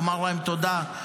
לומר להם תודה,